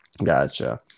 Gotcha